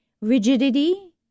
Rigidity